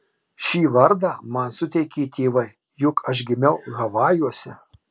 šį vardą man suteikė tėvai juk aš gimiau havajuose